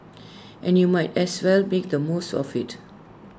and you might as well make the most of IT